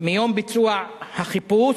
מיום ביצוע החיפוש